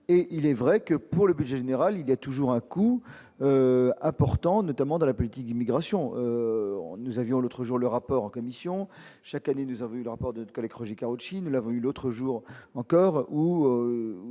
et il est vrai que pour le budget général, il y a toujours un coup apportant notamment dans la politique d'immigration, nous avions l'autre jour le rapport en commission, chaque année, nous avons vu le rapport de de Roger Karoutchi ne l'a vu l'autre jour encore ou